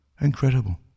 Incredible